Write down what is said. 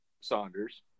Saunders